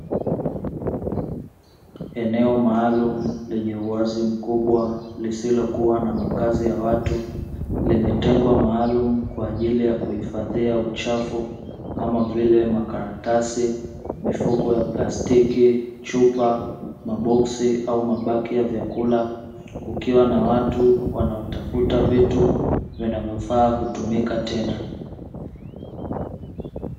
Eneo maalumu lenye uwazi mkubwa lisilokuwa na makazi ya watu, limetengwa maalumu kwa ajili ya kuhifadhia uchafu kama vile: makaratasi, mifuko ya plastiki, chupa, maboksi au mabaki ya vyakula, kukiwa na watu wanaotafuta vitu, vinavyofaa kutumika tena.